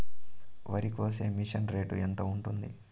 వరికోసే machine rate ఎంత ఉంటుంది?